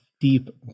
deep